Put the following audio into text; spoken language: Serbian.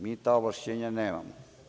Mi ta ovlašćenja nemamo.